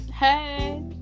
Hey